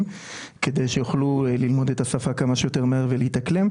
כדי שיוכלו ללמוד את השפה כמה שיותר מהר ולהתאקלם,